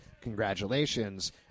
congratulations